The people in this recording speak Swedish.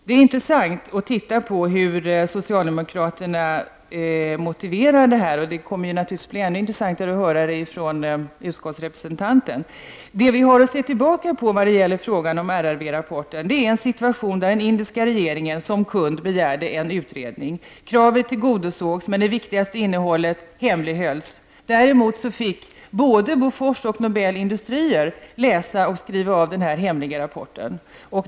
Det är intressant att titta på hur socialdemokraterna motiverar sitt ställningstagande, och det kommer att bli ännu intressantare att höra motiveringen från utskottsrepresentanten. När det gäller frågan om RRV-rapporten har vi att se tillbaka på en situation där den indiska regeringen som kund begärde en utredning. Kravet tillgodosågs, men det viktigaste, innehållet, hemlighölls. Däremot fick både Bofors och Nobel Industrier Sverige AB läsa och skriva av den hemliga rapporten.